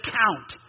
count